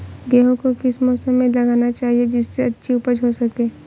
गेहूँ को किस मौसम में लगाना चाहिए जिससे अच्छी उपज हो सके?